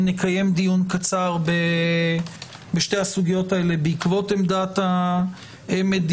ונקיים דיון קצר בשתיהן בעקבות עמדת המדינה.